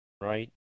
right